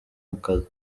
mukazi